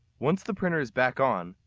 once the printer is back on,